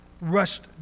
rushed